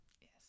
Yes